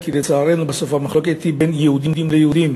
כי לצערנו בסוף המחלוקת היא בין יהודים ליהודים.